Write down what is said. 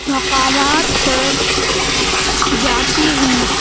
مقامات پر جاتی ہوں